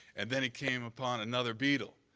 and then, he came upon another beetle.